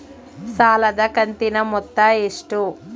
ಸಾಲದ ಕಂತಿನ ಮೊತ್ತ ಎಷ್ಟು?